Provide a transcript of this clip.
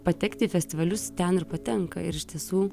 patekti į festivalius ten ir patenka ir iš tiesų